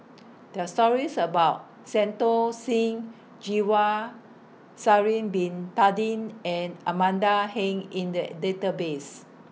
There Are stories about Santokh Singh Grewal Sha'Ari Bin Tadin and Amanda Heng in The Database